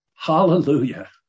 Hallelujah